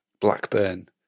Blackburn